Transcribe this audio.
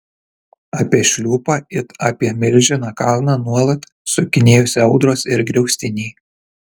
apie šliūpą it apie milžiną kalną nuolat sukinėjosi audros ir griaustiniai